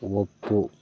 ಒಪ್ಪು